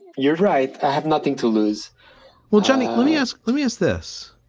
you're right. i have nothing to lose well, johnny, let me ask let me ask this.